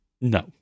No